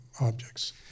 objects